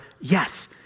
Yes